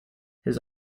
his